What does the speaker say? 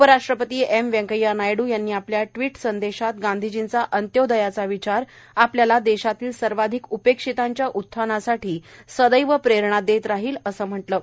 उपराष्ट्रपती एम व्यंकय्या नायड्र यांनी आपल्या ट्वीट संदेशात गांधीजींचा अंत्योदयाचा विचार आपल्याला देशातल्या सर्वाधिक उपेक्षितांच्या उत्थानासाठी सदैव प्रेरणा देत राहतील असं म्हटलं आहे